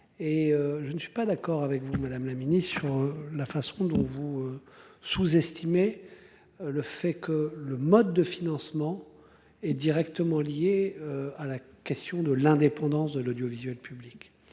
je ne suis pas d'accord avec vous Madame la Ministre sur la façon dont vous. Sous-estimez. Le fait que le mode de financement. Est directement liée à la question de l'indépendance de l'audiovisuel public.